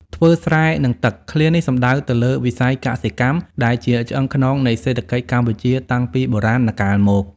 ធ្វើស្រែនឹងទឹក ឃ្លានេះសំដៅទៅលើវិស័យកសិកម្ម ដែលជាឆ្អឹងខ្នងនៃសេដ្ឋកិច្ចកម្ពុជាតាំងពីបុរាណកាលមក។